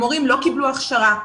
המורים לא קיבלו הכשרה,